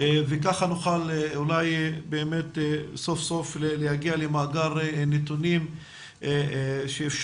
וככה נוכל אולי באמת סוף סוף להגיע למאגר נתונים שאפשר